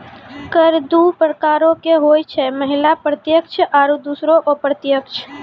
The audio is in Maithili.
कर दु प्रकारो के होय छै, पहिला प्रत्यक्ष आरु दोसरो अप्रत्यक्ष